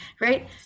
right